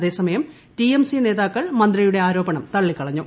അതേസമയം ടിഎംസി നേതാക്കൾ മന്ത്രിയുടെ ആരോപണം തള്ളിക്കളഞ്ഞു